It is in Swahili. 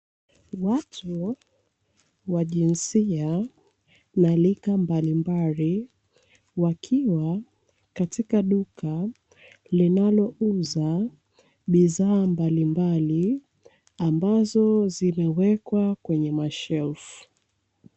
Watu wa jinisia na rika mbalimbali wakiwa katika duka linalouza bidhaa mbalimbali, ambazo zimewekwa kwenye mashelfu.